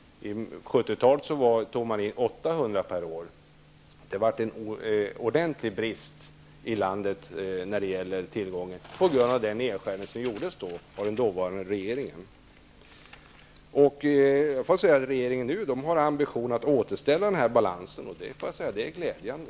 Under 70-talet tog man in 800 polisaspiranter per år. Det blev en ordentlig brist på poliser i landet på grund av denna nedskärning som gjordes av den dåvarande regeringen. Den här regeringen har ambitionen att återställa balansen, och det är glädjande.